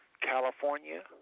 California